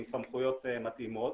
עם סמכויות מתאימות.